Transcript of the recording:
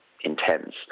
intense